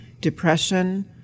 depression